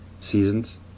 seasons